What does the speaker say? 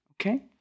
okay